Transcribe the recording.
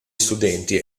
studenti